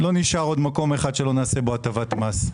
לא נשאר עוד מקום שלא נעשה בו הטבת מס.